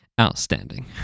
Outstanding